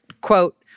quote—